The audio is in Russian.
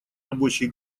рабочей